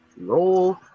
Roll